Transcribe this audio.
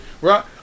right